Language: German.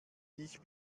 ich